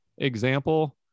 example